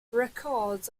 records